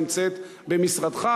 נמצאת במשרדך,